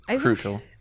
crucial